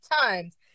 times